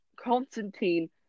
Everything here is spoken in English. Constantine